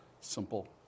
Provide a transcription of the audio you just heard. simple